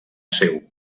seu